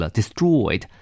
destroyed